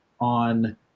on –